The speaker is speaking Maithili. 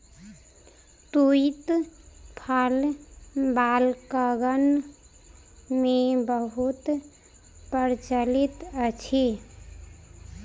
तूईत फल बालकगण मे बहुत प्रचलित अछि